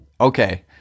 Okay